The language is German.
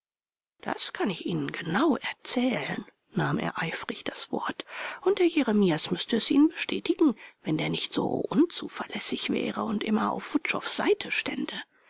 das kann ich ihnen genau erzählen nahm er eifrig das wort und der jeremias müßte es ihnen bestätigen wenn der nicht so unzuverlässig wäre und immer auf wutschows seite stände